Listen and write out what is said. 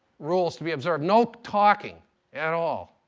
rules to be observed. no talking at all.